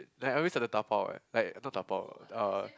like I always have to dabao right like not dabao uh